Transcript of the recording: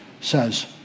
says